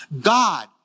God